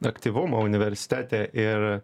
aktyvumo universitete ir